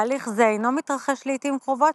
תהליך זה אינו מתרחש לעיתים קרובות,